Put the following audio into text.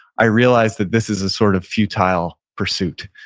i realized that this is a sort of futile pursuit.